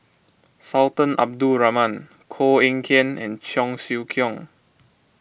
Sultan Abdul Rahman Koh Eng Kian and Cheong Siew Keong